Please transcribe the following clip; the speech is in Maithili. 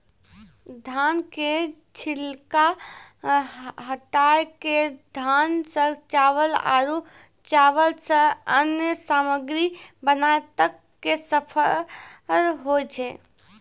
धान के छिलका हटाय कॅ धान सॅ चावल आरो चावल सॅ अन्य सामग्री बनाय तक के सफर होय छै